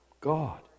God